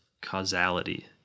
causality